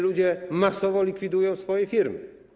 Ludzie masowo likwidują swoje firmy.